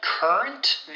Current